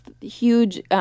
huge –